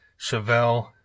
Chevelle